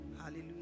Hallelujah